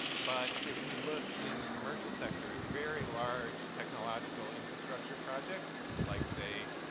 but if we look in the commercial sector at very large technological infrastructure projects like, say,